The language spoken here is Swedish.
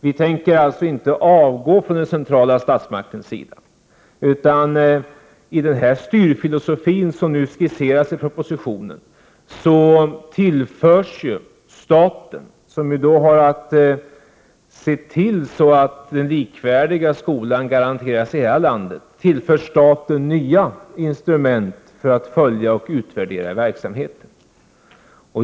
Vi från den centrala statsmaktens sida tänker alltså inte avgå, utan i den styrfilosofi som skisseras i propositionen tillförs ju staten, som har att se till att den likvärdiga skolan garanteras i hela landet, nya instrument för att följa och utvärdera verksamheten.